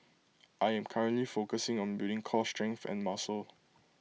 I am currently focusing on building core strength and muscle